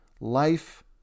Life